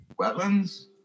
wetlands